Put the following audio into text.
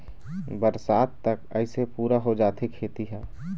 बरसात तक अइसे पुरा हो जाथे खेती ह